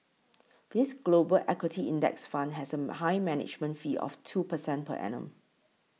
this Global equity index fund has a high management fee of two percent per annum